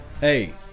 hey